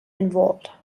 involved